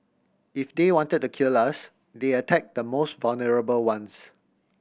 if they wanted to kill us they attack the most vulnerable ones